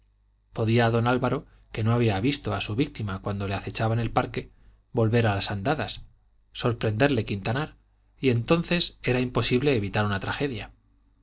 podía don álvaro que no había visto a su víctima cuando le acechaba en el parque volver a las andadas sorprenderle quintanar y entonces era imposible evitar una tragedia